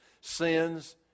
sins